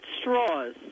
straws